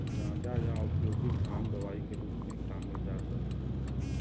गांजा, या औद्योगिक भांग दवाई के रूप में काम में जात रहल